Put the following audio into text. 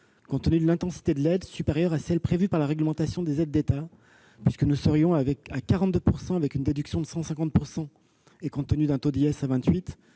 compte tenu de l'intensité de l'aide, supérieure à celle prévue par la réglementation des aides d'État, puisque nous serions à 42 %, avec une déduction de 150 %, compte tenu d'un taux d'IS à 28